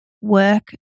work